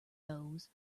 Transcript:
those